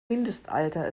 mindestalter